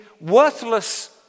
worthless